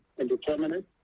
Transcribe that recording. indeterminate